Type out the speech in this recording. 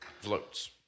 floats